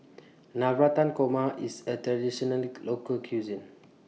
Navratan Korma IS A Traditional Local Cuisine